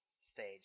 stage